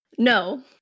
No